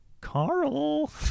Carl